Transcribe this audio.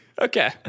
Okay